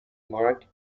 marked